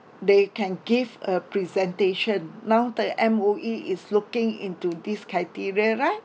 they can give a presentation now that M_O_E is looking into these criteria right